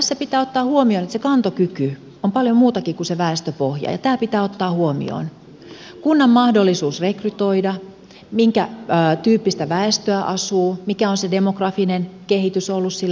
tässä pitää ottaa huomioon se että se kantokyky on paljon muutakin kuin väestöpohja tämä pitää ottaa huomioon kunnan mahdollisuus rekrytoida se minkä tyyppistä väestöä asuu mikä on demografinen kehitys ollut sillä alueella